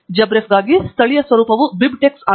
JabRef ಗಾಗಿ ಸ್ಥಳೀಯ ಸ್ವರೂಪವು BibTeX ಆಗಿದೆ